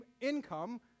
income